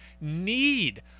need